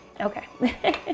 Okay